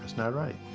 that's not right.